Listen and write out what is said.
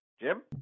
Jim